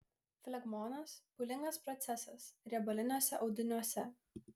flegmonas pūlingas procesas riebaliniuose audiniuose